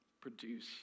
produce